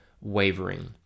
wavering